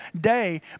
day